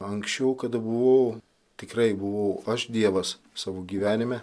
anksčiau kada buvau tikrai buvau aš dievas savo gyvenime